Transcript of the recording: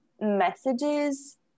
messages